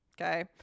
Okay